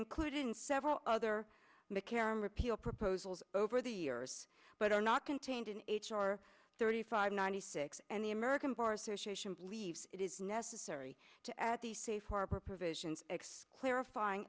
included in several other mccarran repeal proposals over the years but are not contained in h r thirty five ninety six and the american bar association believes it is necessary to at the safe harbor provisions ex clarifying